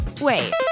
Wait